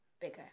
bigger